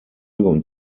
und